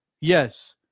yes